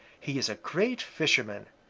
he is a great fisherman,